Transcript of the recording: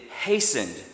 hastened